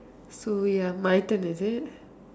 so ya my turn is it